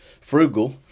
frugal